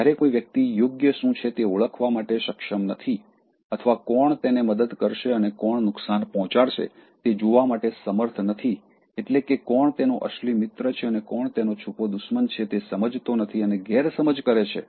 જ્યારે કોઈ વ્યક્તિ યોગ્ય શું છે તે ઓળખવા માટે સક્ષમ નથી અથવા કોણ તેને મદદ કરશે અને કોણ નુકસાન પહોંચાડશે તે જોવા માટે સમર્થ નથી એટલે કે કોણ તેનો અસલી મિત્ર છે અને કોણ તેનો છુપો દુશ્મન છે તે સમજતો નથી અને ગેરસમજ કરે છે